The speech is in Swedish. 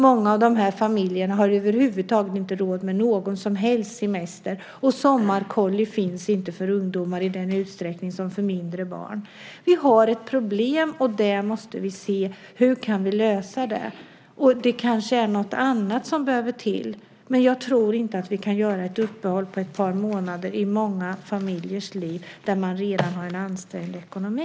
Många av de här familjerna har över huvud taget inte råd med någon som helst semester, och sommarkollo finns inte för ungdomar i den utsträckning som det finns för mindre barn. Vi har ett problem, och vi måste se hur vi kan lösa det. Det kanske är något annat som behövs. Jag tror inte att vi kan göra ett uppehåll på ett par månader i många familjer som redan har en ansträngd ekonomi.